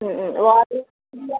ഉം ഉം വാതിൽ ഇല്ല